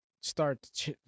start